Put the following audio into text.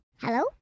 Hello